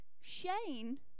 Shane